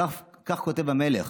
כך כותב המלך: